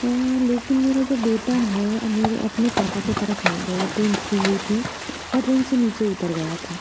लेकिन मेरा जो बेटा है मेरे अपने पापा के तरफ नहीं गया ट्रैन रुकी हुई थी और ट्रैन से नीचे उतर गया था